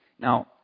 Now